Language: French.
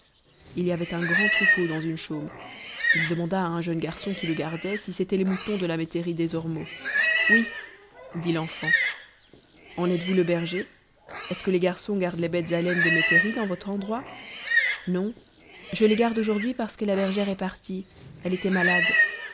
il y avait un grand troupeau dans une chôme il demanda à un jeune garçon qui le gardait si c'étaient les moutons de la métairie des ormeaux oui dit l'enfant en êtes-vous le berger est-ce que les garçons gardent les bêtes à laine des métairies dans votre endroit non je les garde aujourd'hui parce que la bergère est partie elle était malade